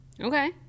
Okay